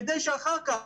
כדי שאחר כך,